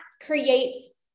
creates